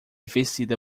vestida